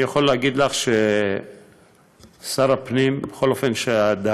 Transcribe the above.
אני יכול להגיד לך ששר הפנים, בכל אופן כיום,